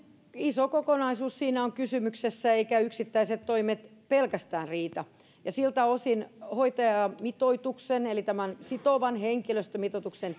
iso kokonaisuus siinä on kysymyksessä eivätkä yksittäiset toimet pelkästään riitä siltä osin hoitajamitoituksen eli tämän sitovan henkilöstömitoituksen